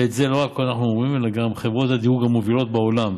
ואת זה לא רק אנחנו אומרים אלא גם חברות הדירוג המובילות בעולם,